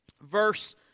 verse